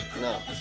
No